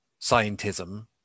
scientism